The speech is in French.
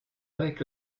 avec